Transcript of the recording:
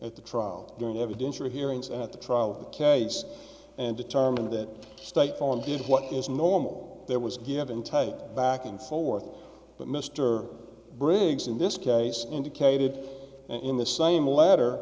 at the trial during evidential hearings at the trial of the case and determined that state farm did what is normal there was given type of back and forth but mr briggs in this case indicated in the same letter